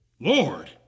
Lord